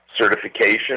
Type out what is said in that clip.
certification